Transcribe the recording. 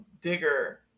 digger